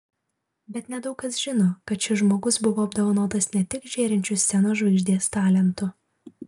bet nedaug kas žino kad šis žmogus buvo apdovanotas ne tik žėrinčiu scenos žvaigždės talentu